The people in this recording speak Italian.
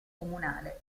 comunale